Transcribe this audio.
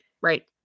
right